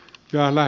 keväällä